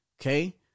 okay